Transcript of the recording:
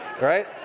right